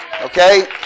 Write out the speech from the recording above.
Okay